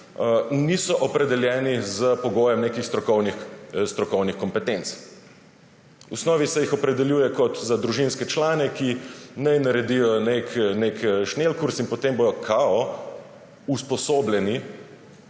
niso opredeljeni s pogojem nekih strokovnih kompetenc. V osnovi se jih opredeljuje za družinske člane, ki naj naredijo nek šnelkurs in potem bodo »usposobljeni«